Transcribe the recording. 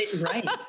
Right